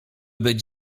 być